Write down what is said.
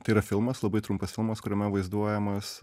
tai yra filmas labai trumpas filmas kuriame vaizduojamas